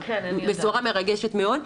זו בשורה מרגשת מאוד.